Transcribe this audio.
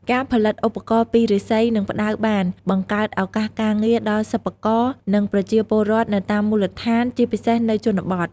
ការផលិតឧបករណ៍ពីឫស្សី និងផ្តៅបាន បង្កើតឱកាសការងារ ដល់សិប្បករ និងប្រជាពលរដ្ឋនៅតាមមូលដ្ឋាន ជាពិសេសនៅជនបទ។